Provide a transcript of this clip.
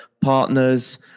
partners